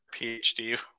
PhD